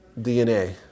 DNA